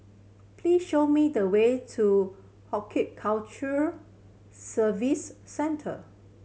please show me the way to Horticulture Service Centre